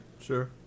sure